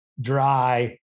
dry